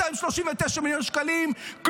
239 מיליון שקלים,